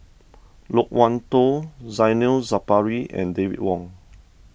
Loke Wan Tho Zainal Sapari and David Wong